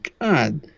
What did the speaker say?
God